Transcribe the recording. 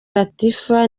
latifah